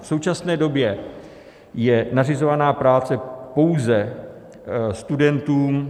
V současné době je nařizována práce pouze studentům...